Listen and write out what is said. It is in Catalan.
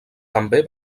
també